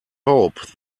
hope